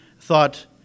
thought